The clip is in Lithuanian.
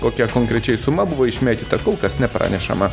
kokia konkrečiai suma buvo išmėtyta kol kas nepranešama